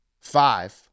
five